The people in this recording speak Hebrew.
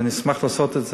אני אשמח לעשות את זה.